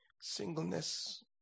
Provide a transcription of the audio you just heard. singleness